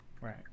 Right